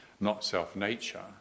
not-self-nature